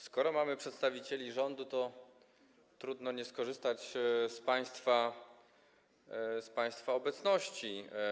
Skoro mamy przedstawicieli rządu, to trudno nie skorzystać z państwa obecności.